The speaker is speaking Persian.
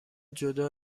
جدا